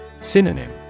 Synonym